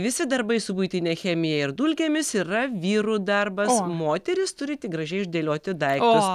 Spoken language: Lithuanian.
visi darbai su buitine chemija ir dulkėmis yra vyrų darbas moterys turi tik gražiai išdėlioti daiktus